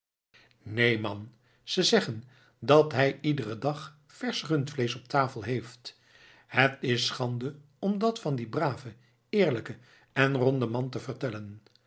neen man ze zeggen dat hij iederen dag versch rundvleesch op tafel heeft het is schande om dat van dien braven eerlijken en ronden man te vertellen